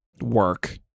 Work